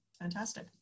fantastic